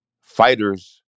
fighters